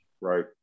Right